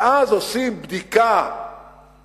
ואז עושים בדיקה של